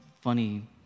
funny